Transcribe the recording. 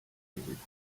besuchen